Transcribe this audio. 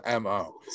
mo